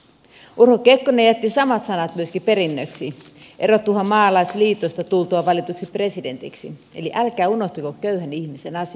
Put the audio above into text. urho kekkonen jätti myöskin samat sanat perinnöksi erottuaan maalaisliitosta tultuaan valituksi presidentiksi eli älkää unohtako köyhän ihmisen asiaa